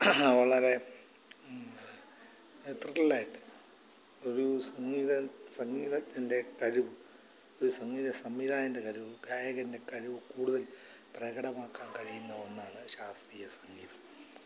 വളരെ ത്രില്ഡായിട്ട് ഒരു സംഗീത സംഗീതജ്ഞൻ്റെ കഴിവ് ഒരു സംഗീത സംവിധായകൻ്റെ കഴിവ് ഗായകൻ്റെ കഴിവ് കൂടുതൽ പ്രകടമാക്കാൻ കഴിയുന്ന ഒന്നാണ് ശാസ്ത്രീയ സംഗീതം